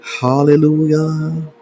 hallelujah